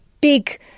big